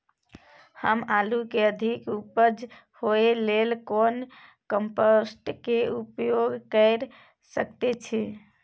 हम आलू के अधिक उपज होय लेल कोन कम्पोस्ट के उपयोग कैर सकेत छी?